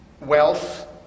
wealth